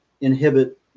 inhibit